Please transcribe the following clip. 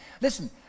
Listen